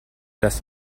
dass